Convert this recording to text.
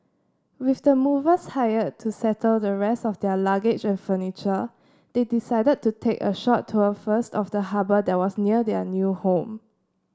with the movers hired to settle the rest of their luggage and furniture they decided to take a short tour first of the harbour that was near their new home